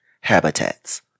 habitats